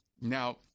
Now